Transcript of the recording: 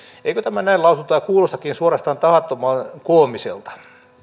eikö tämä näin lausuttuna kuulostakin suorastaan tahattoman koomiselta